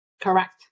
Correct